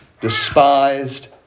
despised